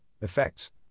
effects